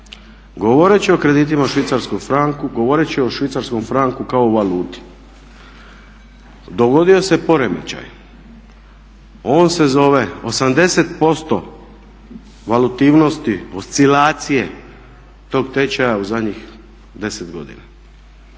Govoreći o kreditima u švicarskom franku, govoreći o švicarskom franku kao o valuti dogodio se poremećaj. On se zove 80% valutivnosti, oscilacije tog tečaja u zadnjih 10 godina